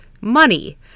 money